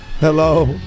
Hello